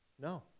No